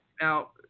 Now